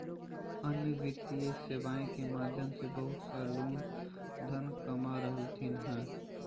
अन्य वित्तीय सेवाएं के माध्यम से बहुत सा लोग धन कमा रहलथिन हें